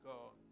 God